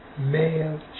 male